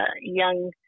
young